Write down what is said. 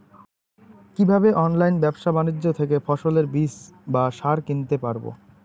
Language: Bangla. কীভাবে অনলাইন ব্যাবসা বাণিজ্য থেকে ফসলের বীজ বা সার কিনতে পারবো?